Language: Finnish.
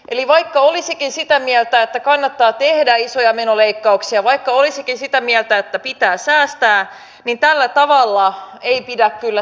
eli vaikka olisikin sitä mieltä että kannattaa tehdä isoja menoleikkauksia vaikka olisikin sitä mieltä että pitää säästää niin tällä tavalla ei pidä kyllä säästää